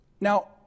now